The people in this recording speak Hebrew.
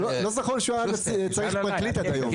לא זכור לי שהוא היה צריך פרקליט עד היום.